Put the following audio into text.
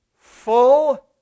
Full